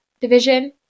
division